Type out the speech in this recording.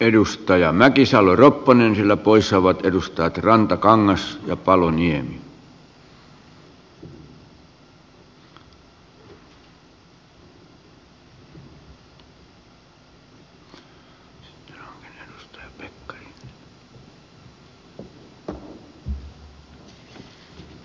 edustaja mäkisalo ropponen leppoisavat edustajat rantakangas